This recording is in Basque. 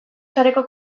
sareko